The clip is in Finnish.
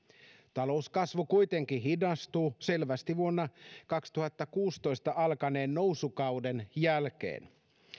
talouskasvu kuitenkin hidastuu selvästi vuonna kaksituhattakuusitoista alkaneen nousukauden jälkeen